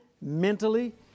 mentally